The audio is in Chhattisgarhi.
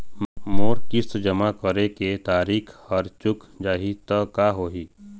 मोर किस्त जमा करे के तारीक हर चूक जाही ता का होही?